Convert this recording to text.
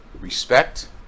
Respect